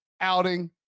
outing